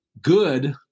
good